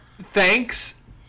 thanks